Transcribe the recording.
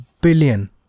billion